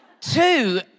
Two